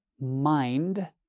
mind